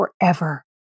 forever